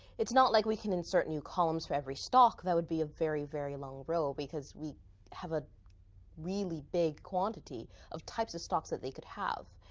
it's not like we can insert new columns for every stock. that would be a very, very long row. because we have a really big quantity of types of stocks that they can have.